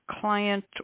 client